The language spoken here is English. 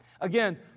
Again